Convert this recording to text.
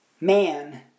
man